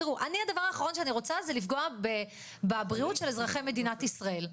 תראו אני הדבר האחרון שאני רוצה זה לפגוע בבריאות של אזרחי מדינת ישראל,